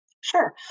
Sure